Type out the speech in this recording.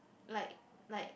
like like